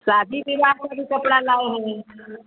शादी ब्याह वाला भी कपड़ा लाए हैं